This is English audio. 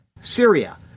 Syria